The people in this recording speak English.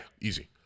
easy